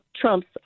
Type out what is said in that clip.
Trump's